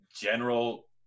general